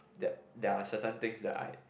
there there are certain things that I